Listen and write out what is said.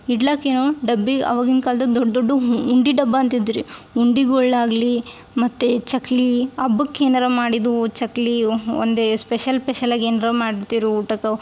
ಇಡ್ಲಿಕ್ಕ ಏನು ಡಬ್ಬಿ ಅವಾಗಿಂದ ಕಾಲ್ದಾಗ ದೊಡ್ಡ ದೊಡ್ಡ ಉಂಡಿ ಡಬ್ಬ ಅಂತಿದ್ದರ್ರಿ ಉಂಡಿಗಳಾಗ್ಲಿ ಮತ್ತು ಚಕ್ಕುಲಿ ಹಬ್ಬಕ್ ಏನಾರೂ ಮಾಡಿದ್ದು ಚಕ್ಕುಲಿ ಒಂದೇ ಸ್ಪೆಷಲ್ ಪೇಷಲಾಗಿ ಏನರ ಮಾಡ್ತಿದ್ರು ಊಟಕ್ಕೆ